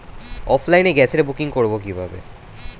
অফলাইনে গ্যাসের বুকিং করব কিভাবে?